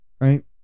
right